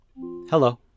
hello